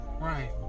Right